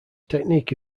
technique